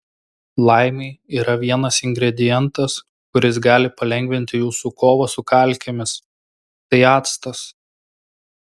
laimei yra vienas ingredientas kuris gali palengvinti jūsų kovą su kalkėmis tai actas